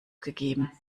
gegeben